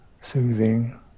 soothing